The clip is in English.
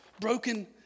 broken